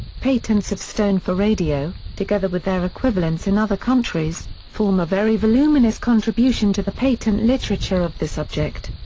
patents of stone for radio, together with their equivalents in other countries, form a very voluminous contribution to the patent literature of the subject.